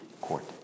court